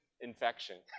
Infection